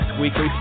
weekly